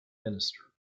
minister